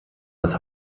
das